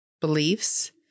beliefs